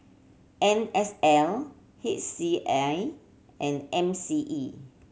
N S L H C A and M C E